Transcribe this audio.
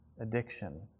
addiction